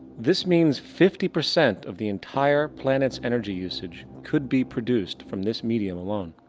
this means fifty percent of the entire planet's energy usage could be produced from this medium alone.